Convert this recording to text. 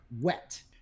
wet